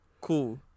Cool